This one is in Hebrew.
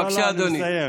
בבקשה, אדוני.